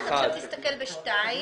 עכשיו תסתכל ב-(2).